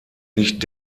nicht